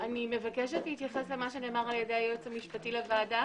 אני מבקשת להתייחס למה שנאמר על ידי היועץ המשפטי לוועדה.